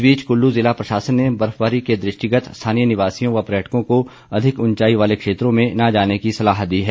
इस बीच कुल्लू जिला प्रशासन ने बर्फबारी के दृष्टिगत स्थानीय निवासियों व पर्यटकों को अधिक ऊंचाई वाले क्षेत्रों में न जाने की सलाह दी है